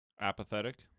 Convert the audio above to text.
Apathetic